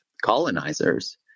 colonizers